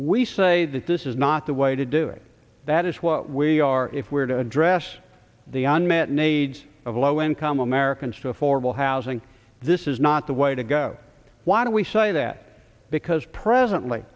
we say that this is not the way to do it that is what we are if we are to address the unmet needs of low income americans to affordable housing this is not the way to go why do we say that because presently